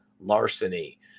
larceny